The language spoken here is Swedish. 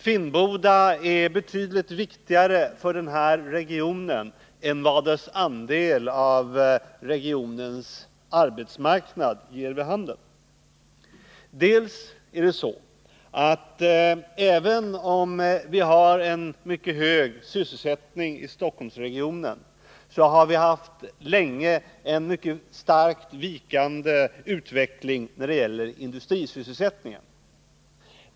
Finnboda är betydligt viktigare för denna region än dess andel av regionens arbetsmarknad ger vid handen. Även om vi har en mycket hög sysselsättning i Stockholmsregionen, har vi länge haft en mycket starkt vikande utveckling när det gäller industrisysselsättningen.